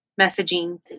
messaging